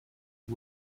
you